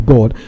God